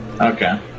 Okay